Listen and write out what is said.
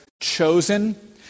chosen